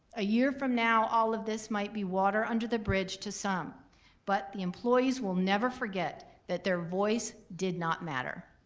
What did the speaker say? a year from now, all of this might be water under the bridge to some but the employees will never forget that their voice did not matter.